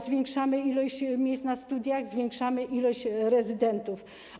Zwiększamy ilość miejsc na studiach, zwiększamy ilość rezydentów.